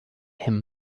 him